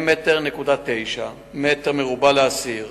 פנים ביום ג' באדר התש"ע (17 בפברואר 2010):